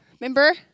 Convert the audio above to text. Remember